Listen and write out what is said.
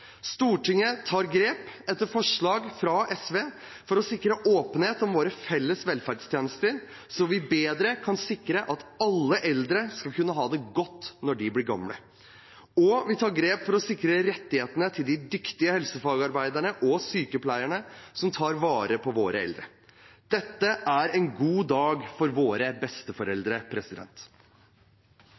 Stortinget tar grep, etter forslag fra SV, for å sikre åpenhet om våre felles velferdstjenester, så vi bedre kan sikre at alle eldre skal kunne ha det godt når de blir gamle, og vi tar grep for å sikre rettighetene til de dyktige helsefagarbeiderne og sykepleierne som tar vare på våre eldre. Dette er en god dag for våre